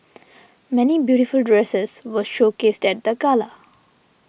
many beautiful dresses were showcased at the gala